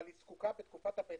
אבל היא זקוקה בתקופת הביניים,